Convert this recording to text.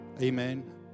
Amen